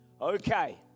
okay